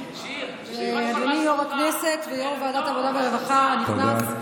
אדוני היושב-ראש ויושב-ראש ועדת העבודה והרווחה הנכנס,